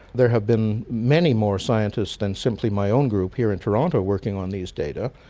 there have been many more scientists than simply my own group here in toronto working on these data,